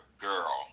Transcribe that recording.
Girl